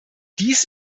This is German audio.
dies